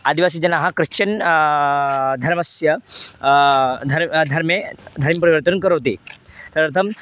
आदिवासीजनाः Christian धर्मस्य धर्मं धर्मे धर्मं परिवर्तनं करोति तदर्थं